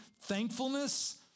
thankfulness